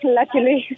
Luckily